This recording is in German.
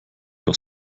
doch